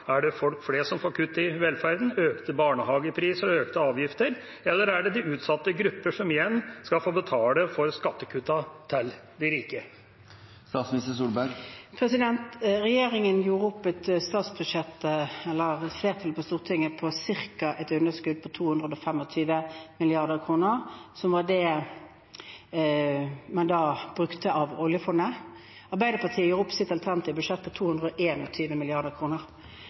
Er det folk flest som får kutt i velferden – økte barnehagepriser og økte avgifter? Eller er det utsatte grupper som igjen skal få betale for skattekuttene til de rike? Et flertall på Stortinget gjorde opp et statsbudsjett med et underskudd på ca. 225 mrd. kr, som var det man brukte av oljefondet. Arbeiderpartiet gjorde opp sitt alternative budsjett på